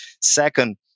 Second